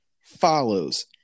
follows